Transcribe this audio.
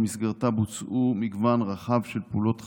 ובמסגרתה בוצעו מגוון רחב של פעולות חקירה,